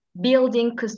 building